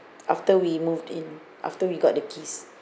after we moved in after we got the keys